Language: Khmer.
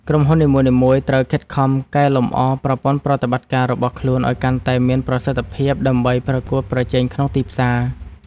ក្រុមហ៊ុននីមួយៗត្រូវខិតខំកែលម្អប្រព័ន្ធប្រតិបត្តិការរបស់ខ្លួនឱ្យកាន់តែមានប្រសិទ្ធភាពដើម្បីប្រកួតប្រជែងក្នុងទីផ្សារ។